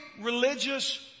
religious